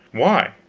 why,